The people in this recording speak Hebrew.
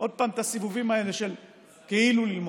עוד פעם את הסיבובים האלה של כאילו ללמוד.